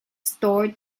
store